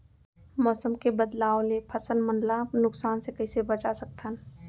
मौसम के बदलाव ले फसल मन ला नुकसान से कइसे बचा सकथन?